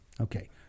Okay